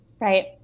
Right